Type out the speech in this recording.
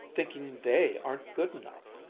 thinking they aren't good enough.